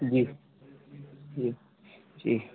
جی جی ٹھیک